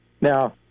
Now